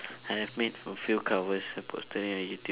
I have made a few covers I posted it on YouTube